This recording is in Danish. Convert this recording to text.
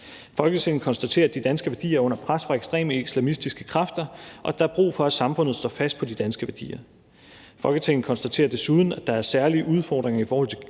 Folketinget konstaterer, at de danske værdier er under pres fra ekstreme islamistiske kræfter, og at der er brug for, at samfundet står fast på de danske værdier. Folketinget konstaterer desuden, at der er særlige udfordringer i forhold til